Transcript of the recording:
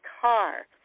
car